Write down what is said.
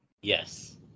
Yes